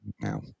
now